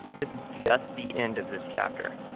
this is just the end of this chapter.